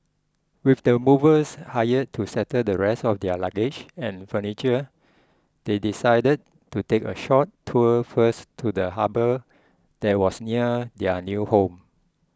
with the movers hired to settle the rest of their luggage and furniture they decided to take a short tour first to the harbour that was near their new home